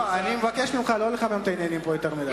אני מבקש ממך לא לחמם את העניינים פה יותר מדי.